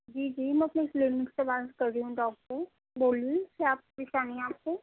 جی جی میں اپنے کلینک سے بات کر رہی ہوں ڈاکٹر بولیے کیا پریشانی ہے آپ کو